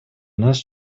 нас